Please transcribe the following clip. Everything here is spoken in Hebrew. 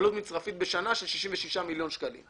המצרפית בשנה על ציבור החייבים של 66 מיליון שקלים.